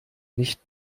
nicht